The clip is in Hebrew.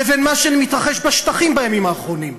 לבין מה שמתרחש בשטחים בימים האחרונים?